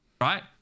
right